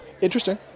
interesting